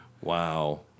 Wow